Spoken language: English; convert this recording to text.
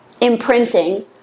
imprinting